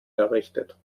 errichtet